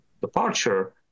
departure